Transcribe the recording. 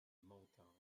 motown